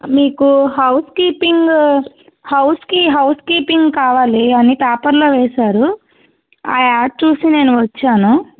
మీకు housekeeping హౌస్కి housekeeping కావాలి అని పేపర్లో వేశారు ఆ యాడ్ చూసి నేను వచ్చాను